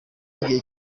igihe